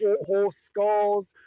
whole skulls,